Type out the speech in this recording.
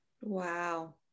wow